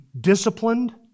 disciplined